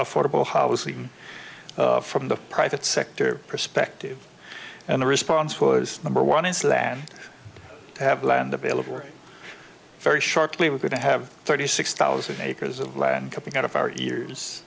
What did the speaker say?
affordable housing from the private sector perspective and the response was number one is land have land available very shortly we're going to have thirty six thousand acres of land coming out of our ears